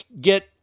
get